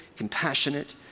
compassionate